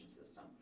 system